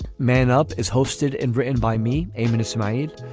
man up is hosted and written by me a minute tonight.